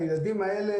הילדים האלה,